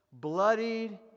Bloodied